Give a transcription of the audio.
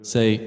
Say